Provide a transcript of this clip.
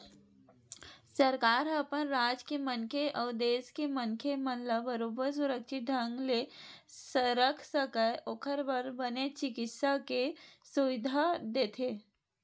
सरकार ह अपन राज के मनखे अउ देस के मनखे मन ला बरोबर सुरक्छित ढंग ले रख सकय ओखर बर बने चिकित्सा के सुबिधा देथे